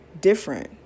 different